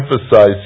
emphasize